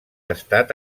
estat